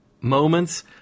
Moments